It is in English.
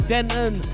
Denton